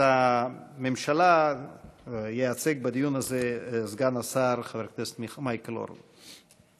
את הממשלה ייצג בדיון הזה סגן השר חבר הכנסת מייקל אורן.